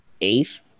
eighth